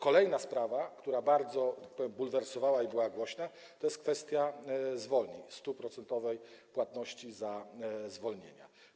Kolejna sprawa, która bardzo bulwersowała i była głośna, to jest kwestia zwolnień, 100-procentowej płatności za zwolnienia.